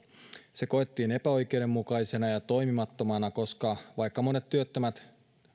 se koettiin epäoikeudenmukaisena ja toimimattomana koska vaikka monet työttömät